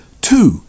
two